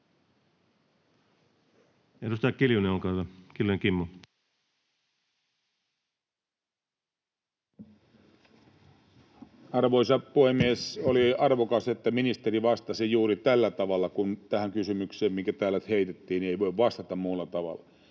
Arvoisa puhemies! Oli arvokasta, että ministeri vastasi juuri tällä tavalla — kun tähän kysymykseen, mikä täällä heitettiin, ei voi vastata muulla tavalla.